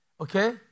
Okay